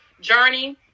journey